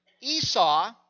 Esau